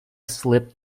slip